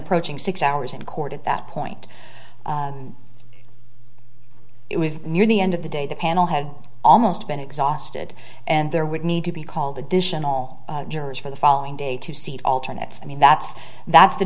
approaching six hours in court at that point it was near the end of the day the panel had almost been exhausted and there would need to be called additional jurors for the following day to see alternate i mean that's that's the